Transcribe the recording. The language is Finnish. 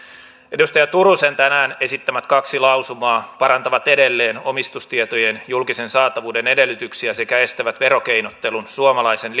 edustaja turusen tänään esittämät kaksi lausumaa parantavat edelleen omistustietojen julkisen saatavuuden edellytyksiä sekä estävät verokeinottelun suomalaisen